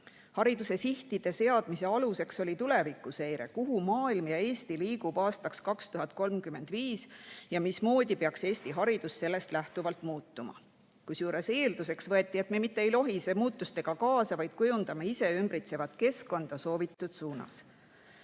Hariduse sihtide seadmise aluseks oli tulevikuseire, kuhu maailm ja Eesti liiguvad aastaks 2035, ja mismoodi peaks Eesti haridus sellest lähtuvalt muutuma, kusjuures eelduseks võeti, et me mitte ei lohise muutustega kaasa, vaid kujundame ise ümbritsevat keskkonda soovitud suunas.